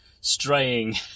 straying